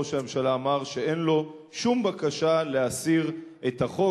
ראש הממשלה אמר שאין לו שום בקשה להסיר את החוק.